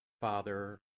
Father